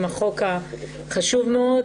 עם החוק החשוב מאוד.